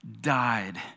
died